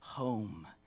Home